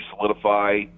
solidify